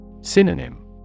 Synonym